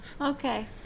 Okay